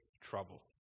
trouble